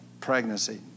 pregnancy